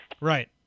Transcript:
right